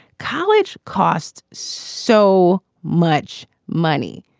college costs so much money.